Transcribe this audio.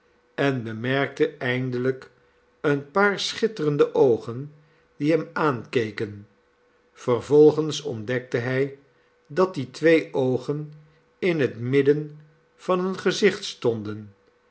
en bemerkte eindelijk een paar schitterende oogen die hem aankeken vervolgens ontdekte hij dat die twee oogen in het midden van een gezicht stonden